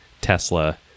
Tesla